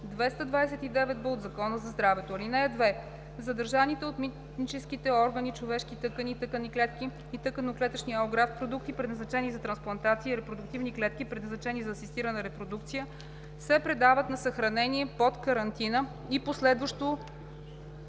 229б от Закона за здравето. (2) Задържаните от митническите органи човешки органи, тъкани, клетки и тъканно-клетъчни алографт продукти, предназначени за трансплантация, и репродуктивни клетки, предназначени за асистирана репродукция, се предават за съхранение под карантина и последващо